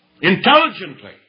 intelligently